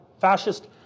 fascist